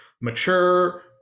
mature